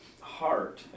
heart